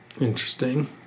Interesting